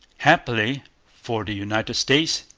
happily for the united states,